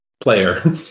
player